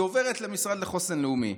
היא עוברת למשרד לחוסן הלאומי.